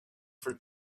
for